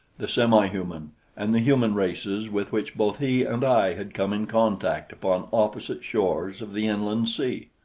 the semihuman and the human races with which both he and i had come in contact upon opposite shores of the inland sea.